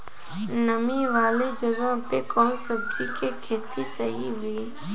नामी वाले जगह पे कवन सब्जी के खेती सही होई?